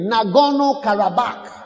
Nagorno-Karabakh